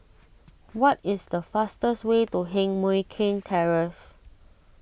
what is the fastest way to Heng Mui Keng Terrace